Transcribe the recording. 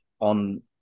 on